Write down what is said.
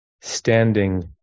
standing